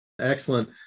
Excellent